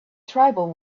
tribal